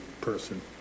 person